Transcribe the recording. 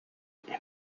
and